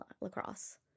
lacrosse